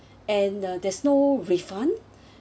and the there's no refund